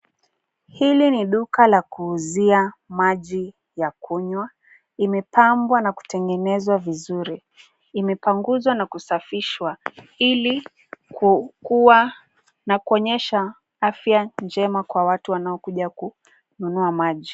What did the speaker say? Hili ni duka la kuuzia maji ya kunywa. Imepambwa na kutengenezwa vizuri. Imepanguzwa na kusafishwa ili kuwa na kuonyesha afya njema kwa watu wanaokuja kununua maji.